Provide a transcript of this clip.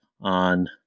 on